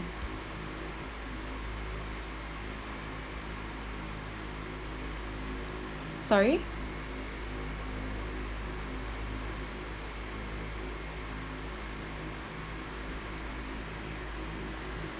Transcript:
sorry